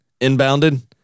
Inbounded